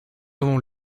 avant